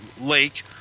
lake